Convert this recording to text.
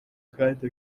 kandi